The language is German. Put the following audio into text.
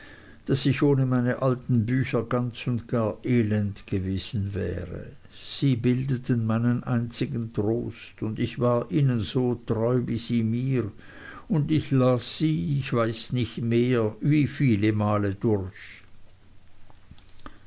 daß ich ohne meine alten bücher ganz und gar elend gewesen wäre sie bildeten meinen einzigen trost und ich war ihnen so treu wie sie mir und ich las sie ich weiß nicht mehr wie viele male durch